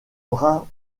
bras